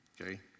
Okay